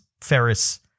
Ferris